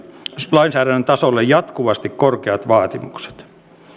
lainsäädännön tasolle jatkuvasti korkeat vaatimukset